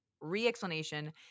re-explanation